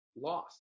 lost